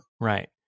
Right